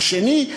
השני,